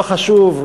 לא חשוב,